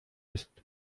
ist